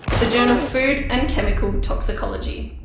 the journal food and chemical toxicology.